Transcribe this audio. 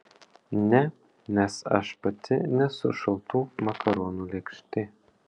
ne nes aš pati nesu šaltų makaronų lėkštė